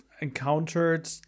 encountered